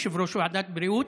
יושב-ראש ועדת הבריאות.